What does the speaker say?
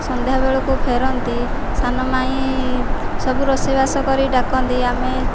ସନ୍ଧ୍ୟା ବେଳକୁ ଫେରନ୍ତି ସାନ ମାଇଁ ସବୁ ରୋଷେଇବାସ କରି ଡାକନ୍ତି ଆମେ